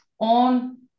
on